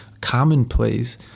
commonplace